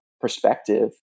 perspective